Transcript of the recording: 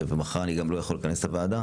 ומחר אני גם לא יכול לכנס את הוועדה,